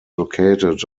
located